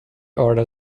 order